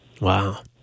wow